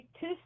two